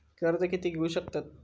कर्ज कीती घेऊ शकतत?